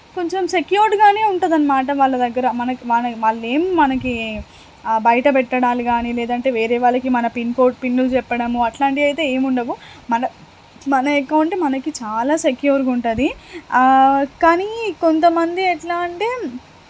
కొంచెం సెక్యూర్డ్గానే ఉంటదనమాట వాళ్ళ దగ్గర మనకి మనదేం వాళ్ళేం మనకి బయట పెట్టడాలు గానీ లేదంటే వేరే వాళ్ళకి మన పిన్కోడ్ పిన్ను చెప్పడము అట్లాంటిదైతే ఏముండవు మన మన యకౌంటే మనకి చాలా సెక్యూర్గుంటుంది కానీ కొంతమంది ఎట్లా అంటే